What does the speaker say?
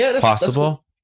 possible